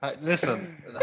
Listen